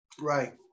Right